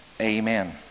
Amen